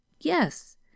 Yes